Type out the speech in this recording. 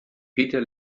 peter